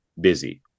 busy